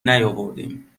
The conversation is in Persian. نیاوردیم